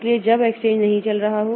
इसलिए जब एक्सचेंज नहीं चल रहा हो